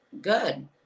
good